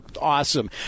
Awesome